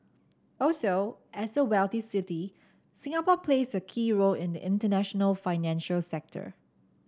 also as a wealthy city Singapore plays a key role in the international financial sector